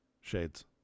Shades